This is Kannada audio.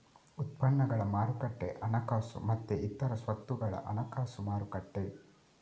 ಉತ್ಪನ್ನಗಳ ಮಾರುಕಟ್ಟೆ ಹಣಕಾಸು ಮತ್ತೆ ಇತರ ಸ್ವತ್ತುಗಳ ಹಣಕಾಸು ಮಾರುಕಟ್ಟೆ